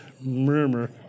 murmur